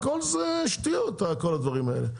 הכל זה שטויות כל הדברים האלה,